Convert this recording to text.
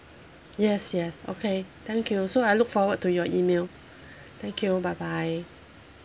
yes yes okay thank you so I look forward to your email thank you bye bye